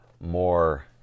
more